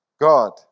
God